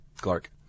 Clark